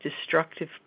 destructive